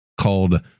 called